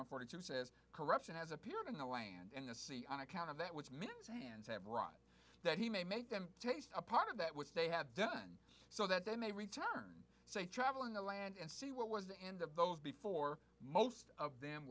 one forty two says corruption has appeared in the land in the sea on account of that which means hands have run that he may make them taste a part of that which they have done so that they may return so they travel in the land and see what was the end of those before most of them